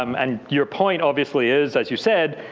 um and your point obviously is, as you said,